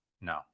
No